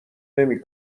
نمی